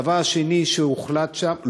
הדבר השני שהוחלט שם,